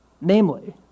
Namely